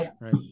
right